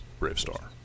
Bravestar